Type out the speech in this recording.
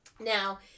Now